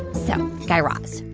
so, guy raz,